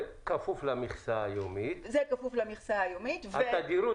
זה כפוף למכסה היומית -- זה כפוף למכסה היומית -- התדירות